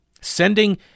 Sending